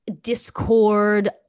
discord